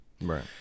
Right